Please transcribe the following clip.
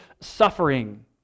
suffering